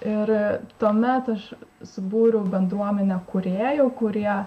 ir tuomet aš subūriau bendruomenę kurųjų kurie